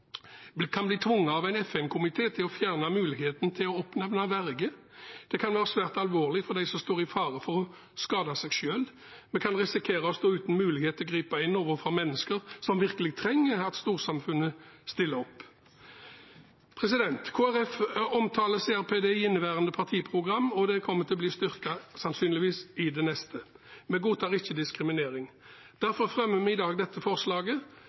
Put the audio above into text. kan bli tvunget av en FN-komité til å fjerne muligheten til å oppnevne verge. Det kan være svært alvorlig for dem som står i fare for å skade seg selv. Vi kan risikere å stå uten mulighet til å gripe inn overfor mennesker som virkelig trenger at storsamfunnet stiller opp. Kristelig Folkeparti omtaler CRPD i inneværende partiprogram, og det kommer sannsynligvis til å bli styrket i det neste. Vi godtar ikke diskriminering. Derfor fremmer vi i dag dette forslaget: